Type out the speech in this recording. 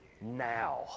now